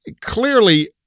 Clearly